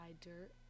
Dirt